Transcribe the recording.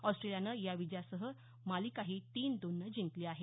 ऑस्ट्रेलियानं या विजयासह ही मालिकाही तीन दोन नं जिंकली आहे